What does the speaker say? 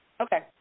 Okay